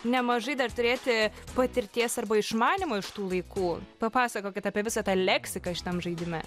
nemažai dar turėti patirties arba išmanymo iš tų laikų papasakokit apie visą tą leksiką šitam žaidime